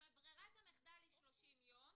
כלומר, ברירת המחדל היא 30 יום,